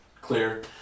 clear